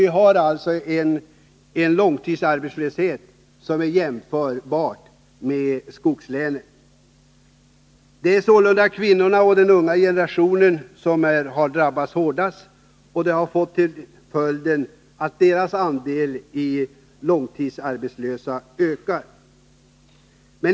Vi har alltså en långtidsarbetslöshet som är jämförbar med skogslänens. Det är sålunda kvinnorna och den unga generationen som drabbats hårdast, och det har fått till följd att andelen långtidsarbetslösa ökar.